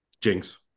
Jinx